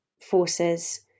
forces